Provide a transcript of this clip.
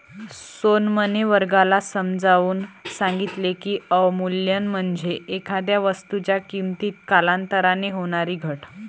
सोनमने वर्गाला समजावून सांगितले की, अवमूल्यन म्हणजे एखाद्या वस्तूच्या किमतीत कालांतराने होणारी घट